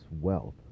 wealth